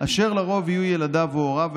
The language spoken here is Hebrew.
אשר לרוב יהיו ילדיו או הוריו,